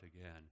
again